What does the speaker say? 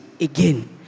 again